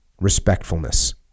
respectfulness